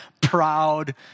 proud